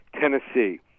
Tennessee